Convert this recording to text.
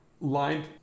lined